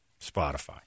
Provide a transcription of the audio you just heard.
Spotify